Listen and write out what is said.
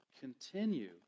continue